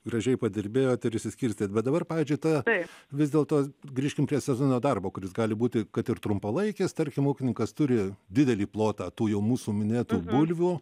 gražiai padirbėjote ir išsiskirstė bet dabar pavyzdžiui tatai vis dėl to grįžkime prie sezoninio darbo kuris gali būti kad ir trumpalaikis tarkim ūkininkas turi didelį plotą tujų mūsų minėtų bulvių